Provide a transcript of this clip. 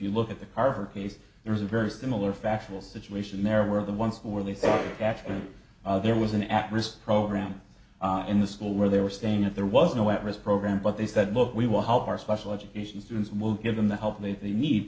you look at the carver case there was a very similar factual situation there where the ones where they saw actually there was an at risk program in the school where they were staying at there was no at risk program but they said look we will help our special education students will give them the help meet the need